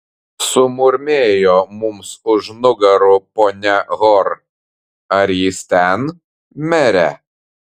sumurmėjo mums už nugarų ponia hor ar jis ten mere